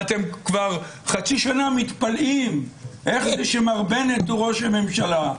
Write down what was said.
אתם כבר חצי שנה מתפלאים איך זה שמר בנט הוא ראש ממשלה.